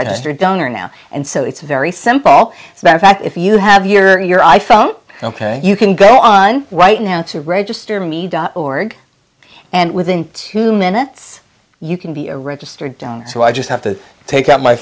registered donor now and so it's very simple fact if you have your your i phone ok you can go on right now to register me dot org and within two minutes you can be a registered down so i just have to take out my